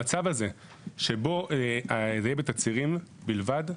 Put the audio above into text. המצב שבו זה יהיה בתצהירים בלבד,